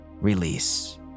release